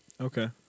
Okay